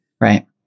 Right